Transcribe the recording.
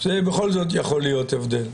זה בכל זאת יכול להיות הבדל.